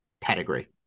pedigree